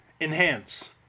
Enhance